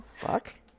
fuck